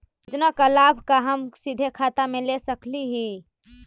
योजना का लाभ का हम सीधे खाता में ले सकली ही?